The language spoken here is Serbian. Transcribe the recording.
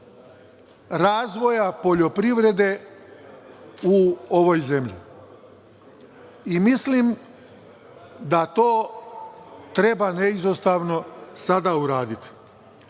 razvoja poljoprivrede u ovoj zemlji i mislim da to treba neizostavno sada uraditi. Danas